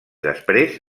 després